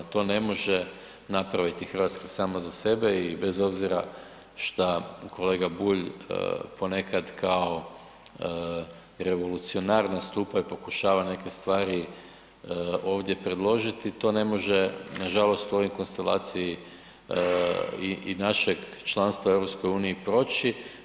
To ne može napraviti RH sama za sebe i bez obzira šta kolega Bulj ponekad kao revolucionar nastupa i pokušava neke stvari ovdje predložiti, to ne može nažalost u ovoj konstelaciji i, i našeg članstva u EU proći.